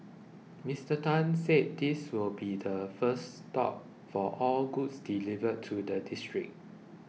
Mister Tan said this will be the first stop for all goods delivered to the district